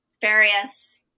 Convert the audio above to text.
various